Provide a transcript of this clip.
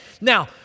Now